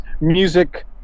music